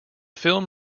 film